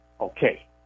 Okay